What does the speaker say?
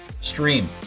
stream